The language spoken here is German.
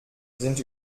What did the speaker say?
sind